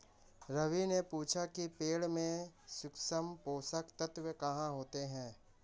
रवि ने पूछा कि पेड़ में सूक्ष्म पोषक तत्व कहाँ होते हैं?